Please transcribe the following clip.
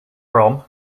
from